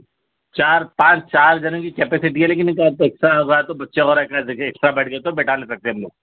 چار پانچ چار جنوں کی کیپسٹی ہے لیکن اکادھ اکسٹا ہوگا تو بچے وغیرہ اکادھ اگر اکسٹا بیٹھ گئے تو بیٹھا لے سکتے ہم لوگ